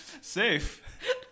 safe